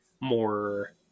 more